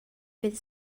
fydd